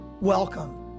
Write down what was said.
Welcome